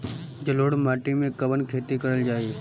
जलोढ़ माटी में कवन खेती करल जाई?